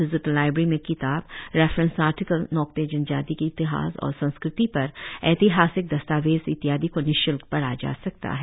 digital library में किताब reference article Nocte जनजाती के इतिहास और संस्कृति पर ऐतिहासिक दस्तावेज इत्यादि को निश्ल्क पढ़ा जा सकता है